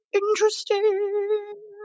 interesting